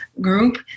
group